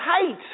hate